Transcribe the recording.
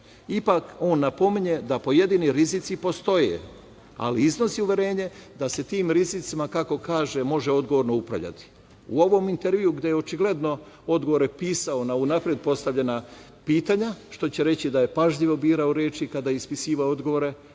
on napominje da pojedini rizici postoje, ali iznosi uverenje da se tim rizicima kako kaže, može odgovorno upravljati. U ovom intervju gde je očigledno odgovore pisao unapred na postavljena pitanja, što će reći da je pažljivo birao reči kada je ispisivao odgovore,